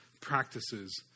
practices